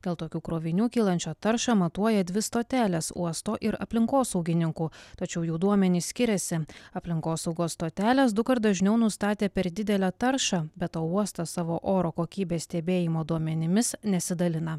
dėl tokių krovinių kylančią taršą matuoja dvi stotelės uosto ir aplinkosaugininkų tačiau jų duomenys skiriasi aplinkosaugos stotelės dukart dažniau nustatė per didelę taršą be to uostas savo oro kokybės stebėjimo duomenimis nesidalina